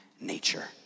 nature